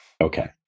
Okay